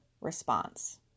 response